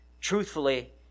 truthfully